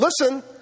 listen